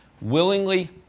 willingly